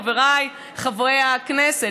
חבריי חברי הכנסת?